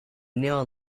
neon